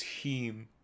team